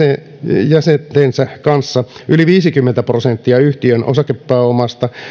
perheenjäsentensä kanssa yli viisikymmentä prosenttia yhtiön osakepääomasta